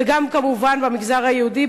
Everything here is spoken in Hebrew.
וגם כמובן במגזר היהודי,